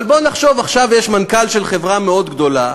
אבל בואו נחשוב שעכשיו יש מנכ"ל של חברה מאוד גדולה,